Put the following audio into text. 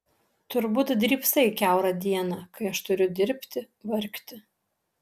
turbūt drybsai kiaurą dieną kai aš turiu dirbti vargti